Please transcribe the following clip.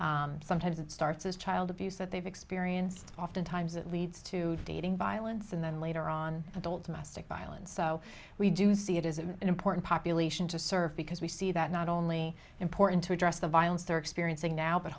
lifetime sometimes it starts as child abuse that they've experienced oftentimes that leads to dating violence and then later on adult mastic violence so we do see it as an important population to serve because we see that not only important to address the violence they're experiencing now but